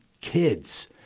kids